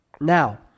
now